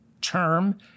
term